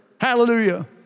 Hallelujah